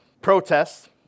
protests